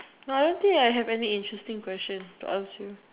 no I don't think I have any interesting question to ask you